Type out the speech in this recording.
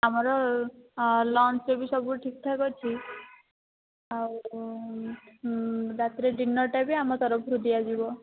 ଆମର ଲଞ୍ଚ୍ରେ ବି ସବୁ ଠିକ୍ ଠାକ୍ ଅଛି ଆଉ ରାତିରେ ଡିନର୍ଟା ବି ଆମ ତରଫରୁ ଦିଆଯିବ